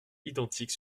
identiques